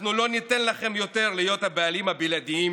אנחנו לא ניתן לכם יותר להיות הבעלים הבלעדיים